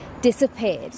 disappeared